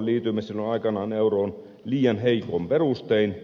liityimme silloin aikanaan euroon liian heikoin perustein